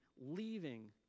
leaving